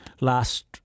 last